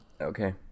Okay